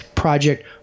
project